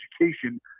education